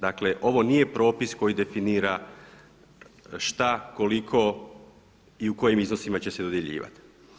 Dakle, ovo nije propis koji definira šta, koliko i u kojim iznosima će se dodjeljivati.